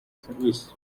service